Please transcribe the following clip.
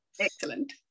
Excellent